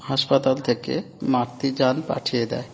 হাসপাতাল থেকে মাতৃযান পাঠিয়ে দেয়